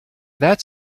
that